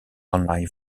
online